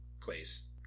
place